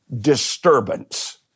disturbance